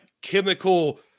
chemical